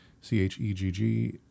C-H-E-G-G